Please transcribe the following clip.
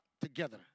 together